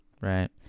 Right